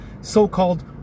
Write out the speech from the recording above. so-called